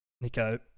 Nico